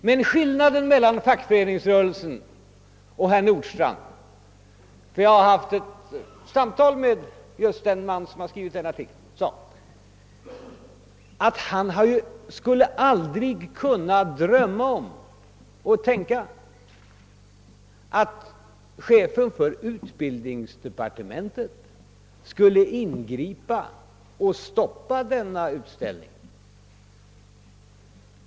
Till skillnad från herr Nordstrandh skulle emellertid den man som skrev artikeln — jag har haft ett samtal med honom — inte kunna drömma om att chefen för utbildningsdepartementet skulle ingripa och stoppa utställningen.